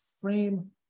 frame